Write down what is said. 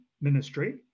ministry